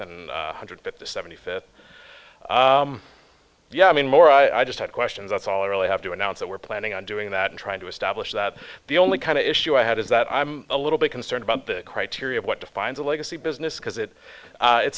than one hundred fifty or seventy fifth yeah i mean more i i just had questions that's all i really have to announce that we're planning on doing that and trying to establish that the only kind of issue i had is that i'm a little bit concerned about the criteria of what defines a legacy business because it